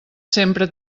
sempre